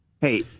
Hey